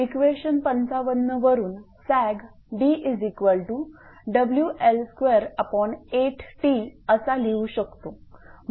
आता इक्वेशन 55 वरून sag dWL28T असा लिहू शकतो